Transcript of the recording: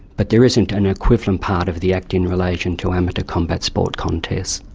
but there isn't an equivalent part of the act in relation to amateur combat sport contests.